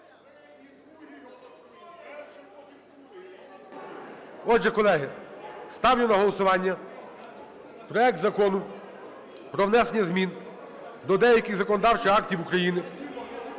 Отже, ставлю на голосування проект Закону про внесення змін до деяких законодавчих актів України